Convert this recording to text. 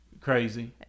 Crazy